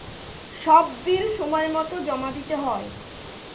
সব বিল সময়মতো জমা দিতে হয়